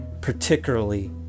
particularly